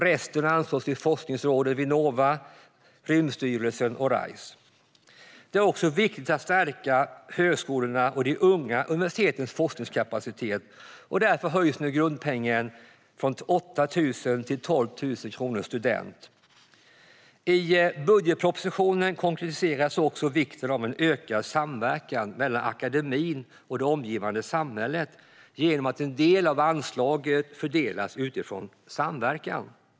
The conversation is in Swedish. Resten anslås till forskningsråden, Vinnova, Rymdstyrelsen och RISE. Det är också viktigt att stärka högskolornas och de unga universitetens forskningskapacitet. Därför höjs grundpengen från 8 000 till 12 000 kronor per student. I budgetpropositionen konkretiseras vikten av en ökad samverkan mellan akademin och det omgivande samhället genom att en del av anslaget fördelas utifrån samverkan.